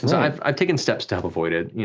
and so i've i've taken steps to help avoid it.